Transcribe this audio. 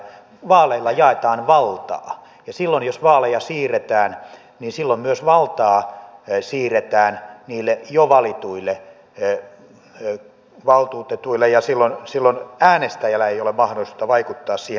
vaaleilla jaetaan valtaa ja silloin jos vaaleja siirretään niin silloin myös valtaa siirretään niille jo valituille valtuutetuille ja silloin äänestäjällä ei ole mahdollisuutta vaikuttaa siihen